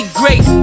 great